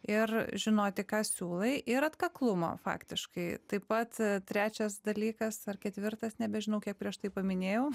ir žinoti ką siūlai ir atkaklumo faktiškai taip pat trečias dalykas ar ketvirtas nebežinau kiek prieš tai paminėjau